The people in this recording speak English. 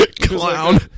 Clown